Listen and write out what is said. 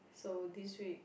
so this week